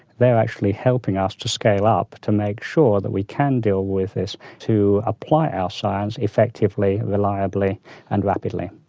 they are actually helping us to scale up, to make sure that we can deal with this to apply our science effectively, reliably and rapidly.